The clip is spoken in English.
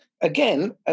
again